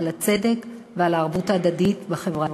על הצדק ועל הערבות ההדדית בחברה הישראלית.